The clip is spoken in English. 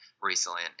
recently